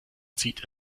zieht